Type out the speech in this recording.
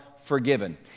forgiven